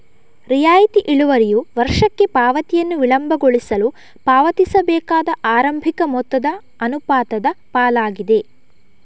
ರಿಯಾಯಿತಿ ಇಳುವರಿಯು ವರ್ಷಕ್ಕೆ ಪಾವತಿಯನ್ನು ವಿಳಂಬಗೊಳಿಸಲು ಪಾವತಿಸಬೇಕಾದ ಆರಂಭಿಕ ಮೊತ್ತದ ಅನುಪಾತದ ಪಾಲಾಗಿದೆ